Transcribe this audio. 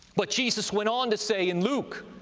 but jesus went on to say in luke,